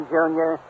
Junior